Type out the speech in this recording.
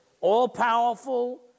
all-powerful